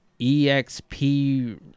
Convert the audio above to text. Exp